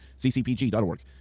ccpg.org